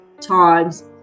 times